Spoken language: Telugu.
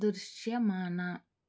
దృశ్యమాన